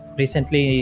recently